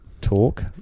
talk